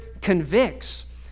convicts